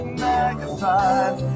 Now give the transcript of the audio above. magnified